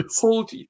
Hold